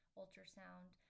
ultrasound